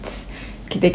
they cannot accept